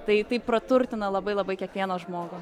tai tai praturtina labai labai kiekvieną žmogų